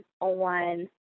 on